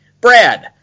Brad